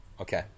Okay